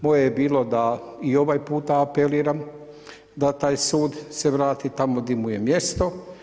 Moje je bilo da i ovaj puta apeliram da taj sud se vrati tamo gdje mu je mjesto.